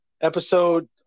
episode